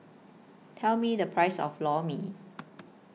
Tell Me The Price of Lor Mee